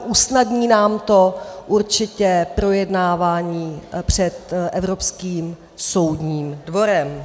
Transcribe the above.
Usnadní nám to ale určitě projednávání před Evropským soudním dvorem.